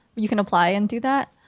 you can apply and do that.